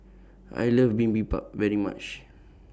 I like Bibimbap very much